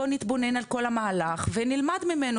בואו נתבונן על כל המהלך ונלמד ממנו,